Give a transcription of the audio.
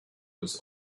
was